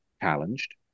challenged